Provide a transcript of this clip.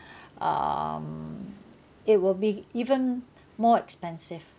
um it will be even more expensive